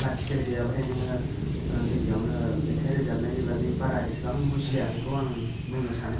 classical गैयाब्लाथाय नोङो ओ गिबियावनो मेथाइ रोजाबनायनि बागै बारा एसेबां बुजिया बेखौ आं बुंनो सानो